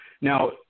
Now